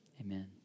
Amen